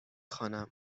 خوانم